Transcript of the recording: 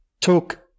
took